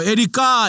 Erika